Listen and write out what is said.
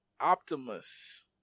Optimus